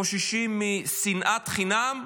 חוששים משנאת חינם,